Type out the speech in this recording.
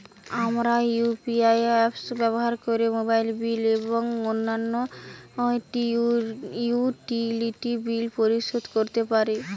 আমরা UPI apps ব্যবহার করে মোবাইল বিল এবং অন্যান্য ইউটিলিটি বিল পরিশোধ করতে পারি